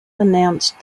announced